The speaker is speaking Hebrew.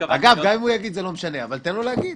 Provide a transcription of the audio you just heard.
תנו לו.